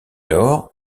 lors